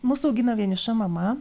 mus augino vieniša mama